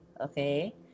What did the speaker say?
okay